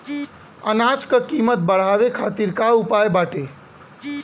अनाज क कीमत बढ़ावे खातिर का उपाय बाटे?